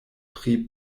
pri